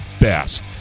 best